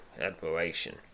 admiration